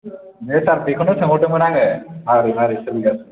दे सार बेखौनो सोंहरदोंमोन आङो मारै मारै सोलिगासिनो